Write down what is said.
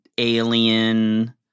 Alien